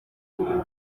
ubu